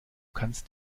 kannst